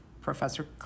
professor